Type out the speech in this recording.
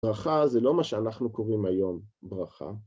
ברכה זה לא מה שאנחנו קוראים היום ברכה.